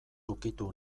ukitu